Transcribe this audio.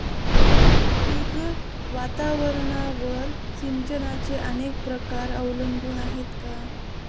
पीक वातावरणावर सिंचनाचे अनेक प्रकार अवलंबून आहेत का?